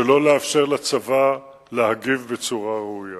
שלא לאפשר לצבא להגיב בצורה ראויה.